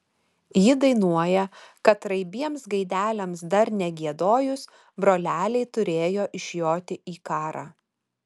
ji dainuoja kad raibiems gaideliams dar negiedojus broleliai turėjo išjoti į karą